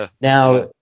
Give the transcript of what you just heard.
now